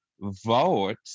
vote